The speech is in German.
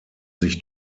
sich